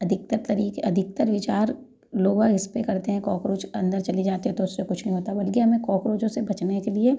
अधिकतर तरीके अधिकतर विचार लोगबाग इसपे करते हैं कोक्रोच अंदर चली जाती हैं तो उससे कुछ नी होता बल्कि हमें कॉकरोचों से बचने के लिए